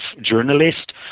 journalist